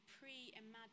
pre-imagined